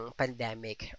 pandemic